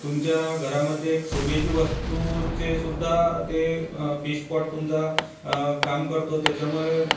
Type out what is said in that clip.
घरामध्ये एक शोभेची वस्तूचे सुद्धा ते फिशपॉट तुमचा काम करतो त्याच्यामुळे फिश